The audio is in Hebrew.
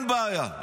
אין בעיה,